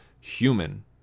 human